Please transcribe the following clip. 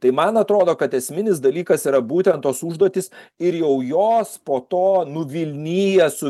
tai man atrodo kad esminis dalykas yra būtent tos užduotys ir jau jos po to nuvilnija su